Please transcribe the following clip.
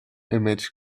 image